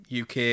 UK